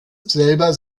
selber